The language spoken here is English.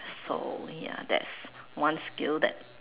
so ya that's one skill that